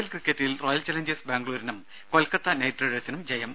L ക്രിക്കറ്റിൽ Royal Challengers ബാംഗ്ലൂരിനും Kolkata Knight റൈഡേഴ്സിനും ജയം